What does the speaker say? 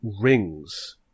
rings